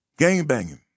gangbanging